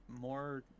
more